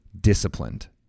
disciplined